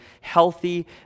healthy